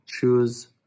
choose